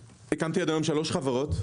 הקמתי עד היום שלוש חברות,